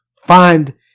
find